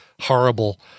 horrible